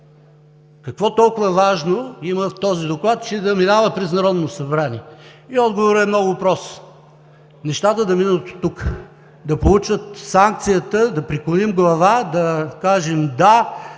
Какво толкова важно има в този доклад, че да минава през Народното събрание? Отговорът е много прост – нещата да минат оттук, да получат санкцията, да преклоним глава, да кажем „да“,